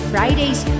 Fridays